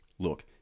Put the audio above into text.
Look